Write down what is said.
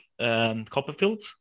Copperfields